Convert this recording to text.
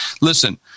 listen